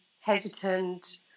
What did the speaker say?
hesitant